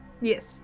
yes